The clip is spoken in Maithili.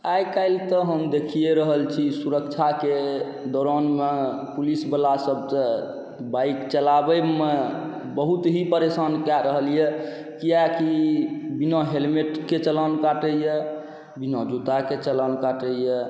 आइ काल्हि तऽ हम देखिए रहल छी सुरक्षाके दौरान उएह पुलिसवला सभ तऽ बाइक चलाबयमे बहुत ही परेशान कए रहल यए कियाकि बिना हेलमेटके चालान काटैए बिना जूताके चालान काटैए